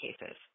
cases